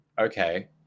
okay